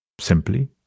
simply